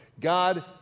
God